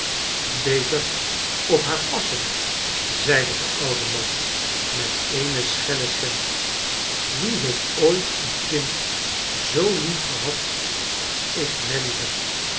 beter op haar passen zeide de oude man met eene schelle stem wie heeft ooit een kind zoo liefgehad als ik nelly heb